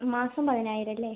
മാസം പതിനായിരം അല്ലേ